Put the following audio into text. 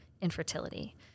infertility